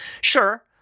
Sure